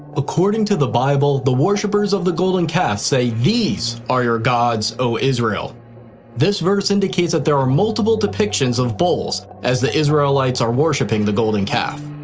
according to the bible, the worshipers of the golden calf say these are your gods, o israel' this verse indicates that there are multiple depictions of bulls as the israelites are worshiping the golden calf.